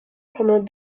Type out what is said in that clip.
pendant